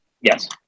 Yes